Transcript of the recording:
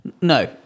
No